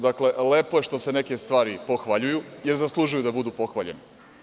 Dakle, lepo je što se neke stvari pohvaljuju, jer zaslužuju da budu pohvaljene.